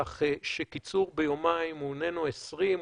כך שקיצור ביומיים איננו 20%,